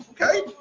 Okay